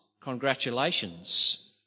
congratulations